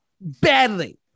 badly